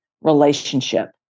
relationship